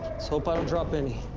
hope i don't drop any,